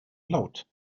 laut